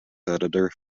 editor